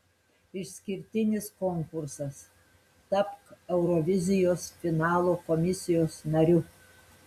išskirtinis konkursas tapk eurovizijos finalo komisijos nariu